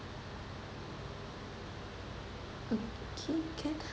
okay can